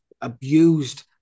abused